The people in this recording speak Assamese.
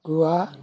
গোৱা